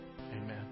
Amen